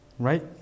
Right